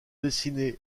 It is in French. dessinées